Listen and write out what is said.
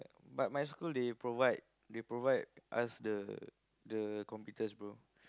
but my school they provide they provide us the the computers bro